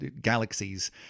galaxies